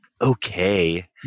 okay